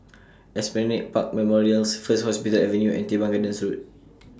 Esplanade Park Memorials First Hospital Avenue and Teban Gardens Road